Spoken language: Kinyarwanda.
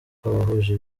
kw’abahuje